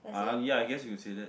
ah ya I guess you can say that